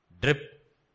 Drip